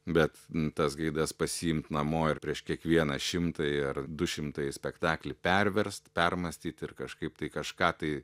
bet tas gaidas pasiimt namo ir prieš kiekvieną šimtąjį ar dušimtąjį spektaklį perverst permąstyt ir kažkaip tai kažką tai